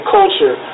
culture